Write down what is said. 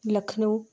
Lucknow